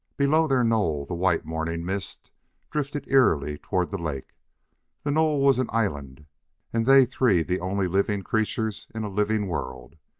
below their knoll the white morning mist drifted eerily toward the lake the knoll was an island and they three the only living creatures in a living world.